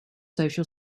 social